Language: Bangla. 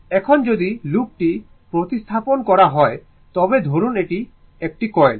এখন যদি লুপটি প্রতিস্থাপন করা হয় তবে ধরুন একটি কয়েল